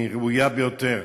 היא ראויה ביותר.